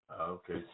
Okay